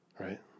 Right